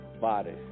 body